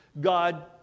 God